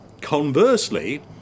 conversely